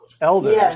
elders